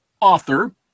author